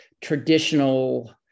traditional